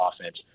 offense